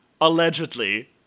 allegedly